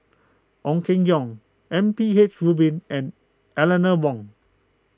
Ong Keng Yong M P H Rubin and Eleanor Wong